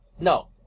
No